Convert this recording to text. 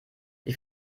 die